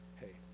hey